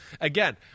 Again